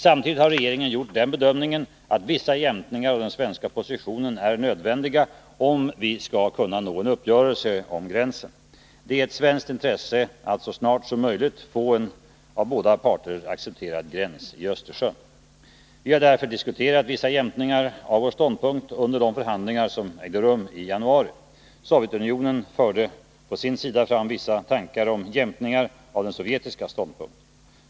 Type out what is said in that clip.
Samtidigt har regeringen gjort den bedömningen att vissa jämkningar av den svenska positionen är nödvändiga, om vi skall kunna nå en uppgörelse om gränsen. Det är ett svenskt intresse att så snart som möjligt få en av båda parter accepterad gräns i Östersjön. Vi har därför diskuterat vissa jämkningar av vår ståndpunkt under de förhandlingar som ägde rum i januari. Sovjetunionen förde på sin sida fram vissa tankar om jämkningar av den sovjetiska ståndpunkten.